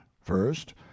first